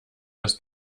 ist